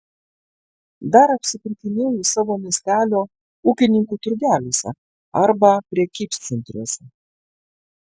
dar apsipirkinėju savo miestelio ūkininkų turgeliuose arba prekybcentriuose